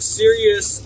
serious